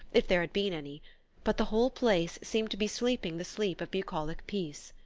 if there had been any but the whole place seemed to be sleeping the sleep of bucolic peace.